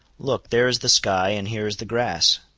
look, there is the sky, and here is the grass.